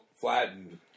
flattened